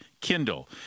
Kindle